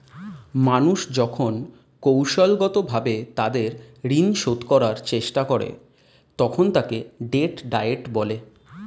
মানুষ যখন কৌশলগতভাবে তাদের ঋণ শোধ করার চেষ্টা করে, তখন তাকে ডেট ডায়েট বলে